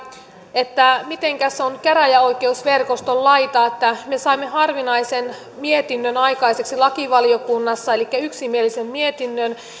että mitenkäs on käräjäoikeusverkoston laita me saimme harvinaisen mietinnön aikaiseksi lakivaliokunnassa elikkä yksimielisen mietinnön